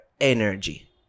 energy